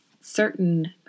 certain